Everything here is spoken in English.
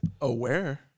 Aware